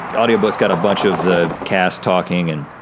the audiobook's got a bunch of the cast talking, and